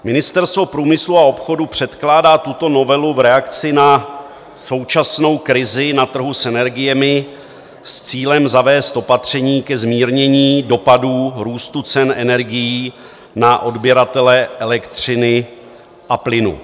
Ministerstvo průmyslu a obchodu předkládá tuto novelu v reakci na současnou krizi na trhu s energiemi s cílem zavést opatření ke zmírnění dopadů růstu cen energií na odběratele elektřiny a plynu.